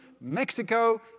Mexico